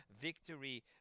victory